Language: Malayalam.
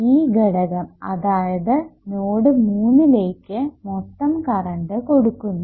ഈ ഘടകം അതായത് നോഡ് മൂന്നിലേക്ക് മൊത്തം കറണ്ട് കൊടുക്കുന്നു